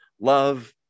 love